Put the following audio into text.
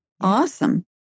Awesome